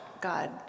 God